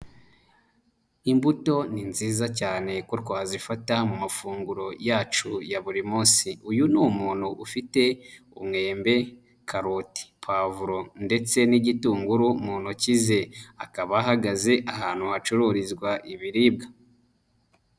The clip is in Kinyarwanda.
Imbuto ni nziza cyane ko twazifata mu mafunguro yacu ya buri munsi, uyu ni umuntu ufite umwembe, karoti, puwavuro ndetse n'igitunguru mu ntoki ze, akaba ahagaze ahantu hacururizwa ibiribwa.